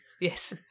Yes